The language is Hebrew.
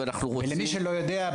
למי שלא יודע,